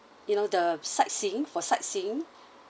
you know the sightseeing for sightseeing